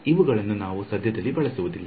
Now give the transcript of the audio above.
ಇವುಗಳನ್ನು ನಾವು ಸಧ್ಯದಲ್ಲಿ ಬಳಸುವುದಿಲ್ಲ